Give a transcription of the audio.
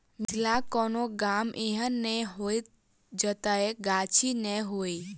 मिथिलाक कोनो गाम एहन नै होयत जतय गाछी नै हुए